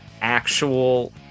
actual